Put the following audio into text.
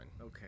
Okay